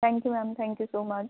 thank you ma'am thank you so much